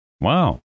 Wow